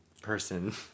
person